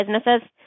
businesses